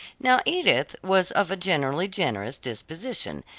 now edith was of a generally generous disposition,